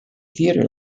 theater